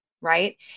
Right